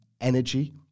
energy